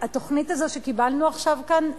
התוכנית הזו שקיבלנו עכשיו כאן,